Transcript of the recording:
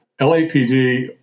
LAPD